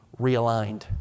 realigned